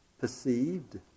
perceived